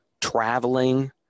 traveling